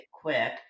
quick